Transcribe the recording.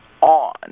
on